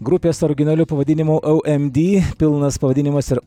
grupės originaliu pavadinimu ou em di pilnas pavadinimas ir